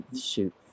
shoot